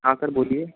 हाँ सर बोलिए